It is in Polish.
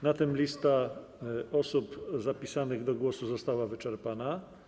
Na tym lista osób zapisanych do głosu została wyczerpana.